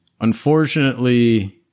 Unfortunately